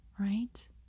right